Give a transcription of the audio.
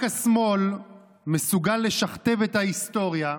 רק השמאל מסוגל לשכתב את ההיסטוריה,